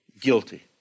guilty